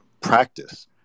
practice